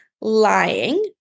lying